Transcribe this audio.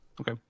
Okay